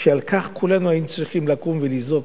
שעל כך כולנו היינו צריכים לקום ולזעוק,